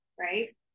right